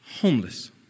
Homeless